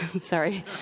sorry